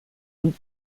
und